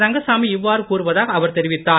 ரங்கசாமி இவ்வாறு கூறுவதாக அவர் தெரிவித்தார்